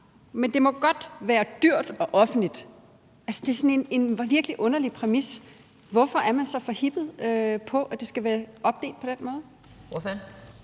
men det må godt være dyrt og offentligt. Og det er sådan en virkelig underlig præmis. Hvorfor er man så forhippet på, at det skal være opdelt på den måde? Kl.